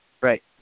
right